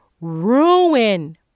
ruin